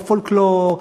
או פולקלור,